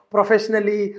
Professionally